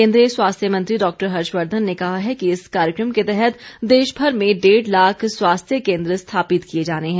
केन्द्रीय स्वास्थ्य मंत्री डॉक्टर हर्षवर्धन ने कहा है कि इस कार्यक्रम के तहत देशभर में डेढ़ लाख स्वास्थ्य केन्द्र स्थापित किये जाने हैं